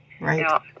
Right